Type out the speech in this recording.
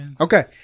Okay